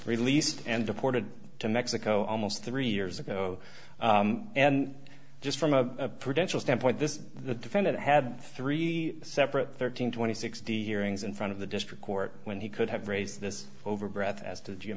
released and deported to mexico almost three years ago and just from a prevention standpoint this the defendant had three separate thirteen twenty sixty hearings in front of the district court when he could have raised this over breath as to